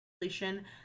completion